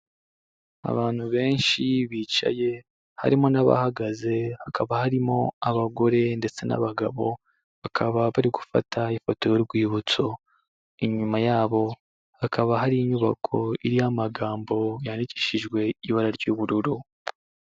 Abantu benshi bicaye, harimo n'abahagaze, hakaba harimo abagore ndetse n'abagabo, bakaba bari gufata ifoto y'urwibutso. Inyuma yabo, hakaba hari inyubako iriho amagambo yandikishijwe ibara ry'ubururu.